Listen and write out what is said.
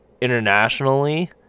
internationally